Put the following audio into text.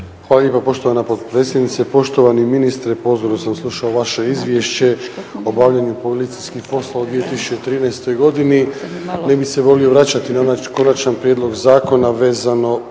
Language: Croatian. Hvala lijepa poštovana potpredsjednice. Poštovani ministre pozorno sam slušao vaše izvješće o obavljanju policijskih poslova u 2013.godini, ne bih se volio vraćati na onaj konačni prijedlog zakona vezano